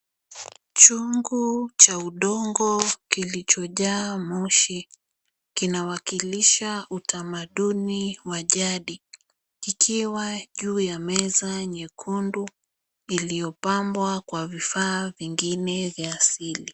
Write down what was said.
Chungu cha udongo kilichojaa moshi kinawakilisha utamaduni wa jadi ikiwa juu ya meza nyekundu iliyopambwa kwa vifaa vingine vya asili.